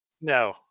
No